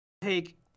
take